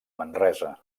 manresa